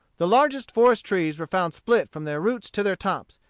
the largest forest-trees were found split from their roots to their tops,